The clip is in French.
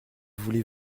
voulez